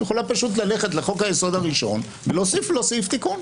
היא יכולה פשוט ללכת לחוק היסוד הראשון ולהוסיף לו סעיף תיקון.